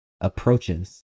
approaches